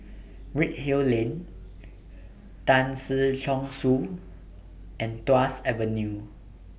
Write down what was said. Redhill Lane Tan Si Chong Su and Tuas Avenue